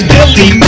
Billy